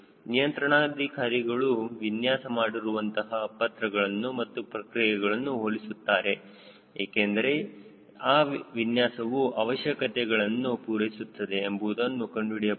ನಿಯಂತ್ರಣಾಧಿಕಾರಿಗಳು ವಿನ್ಯಾಸ ಮಾಡಿರುವಂತಹ ಪತ್ರಗಳನ್ನು ಮತ್ತು ಪ್ರಕ್ರಿಯೆಗಳನ್ನು ಹೋಲಿಸುತ್ತಾರೆ ಏಕೆಂದರೆ ಆ ವಿನ್ಯಾಸವು ಅವಶ್ಯಕತೆಗಳನ್ನು ಪೂರೈಸುತ್ತದೆ ಎಂಬುದನ್ನು ಕಂಡುಹಿಡಿಯಬಹುದು